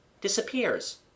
disappears